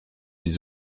des